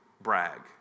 brag